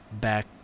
back